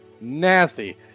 Nasty